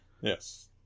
Yes